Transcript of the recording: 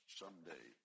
someday